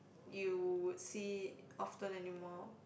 you would see often anymore